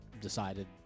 decided